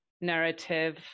narrative